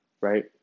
right